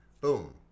Boom